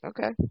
Okay